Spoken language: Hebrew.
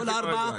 כל הארבעה?